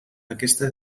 aquesta